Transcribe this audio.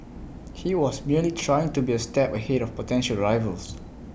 he was merely trying to be A step ahead of potential rivals